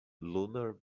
lunar